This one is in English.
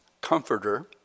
comforter